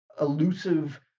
elusive